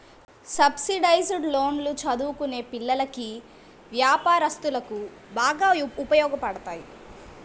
subsidised లోన్లు చదువుకునే పిల్లలకి, వ్యాపారస్తులకు బాగా ఉపయోగపడతాయి